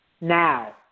Now